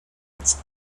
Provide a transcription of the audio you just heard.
its